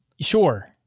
Sure